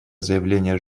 заявление